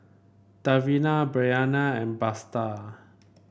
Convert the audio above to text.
Davina Brianna and Buster